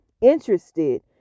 interested